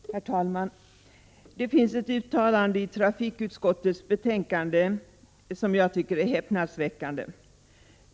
Herr talman! Det finns ett uttalande i trafikutskottets betänkande 1986/87:14 som jag tycker är häpnadsväckande.